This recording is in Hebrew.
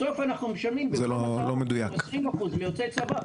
בסוף אנחנו משלמים --- 20% מיוצאי צבא.